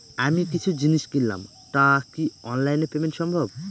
আমি কিছু জিনিস কিনলাম টা কি অনলাইন এ পেমেন্ট সম্বভ?